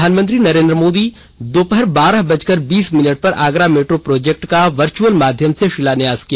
प्रधानमंत्री नरेंद्र मोदी दोपहर बारह बजकर बीस मिनट पर आगरा मेट्रो प्रोजेक्ट का वर्चअल माध्यम से शिलान्यास किया